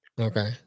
Okay